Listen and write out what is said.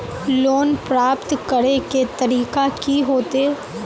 Loan प्राप्त करे के तरीका की होते?